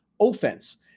offense